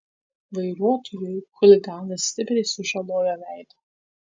vairuotojui chuliganas stipriai sužalojo veidą